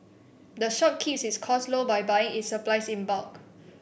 the shop keeps its costs low by buying its supplies in bulk